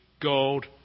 gold